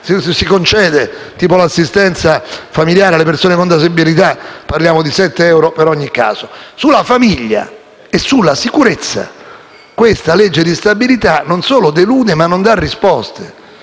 dove si concede, tipo per l'assistenza familiare alle persone con disabilità, si parla di 7 euro per ogni caso. Sulla famiglia e sulla sicurezza questa legge di stabilità non solo delude ma non dà risposte.